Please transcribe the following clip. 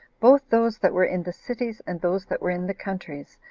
both those that were in the cities, and those that were in the countries,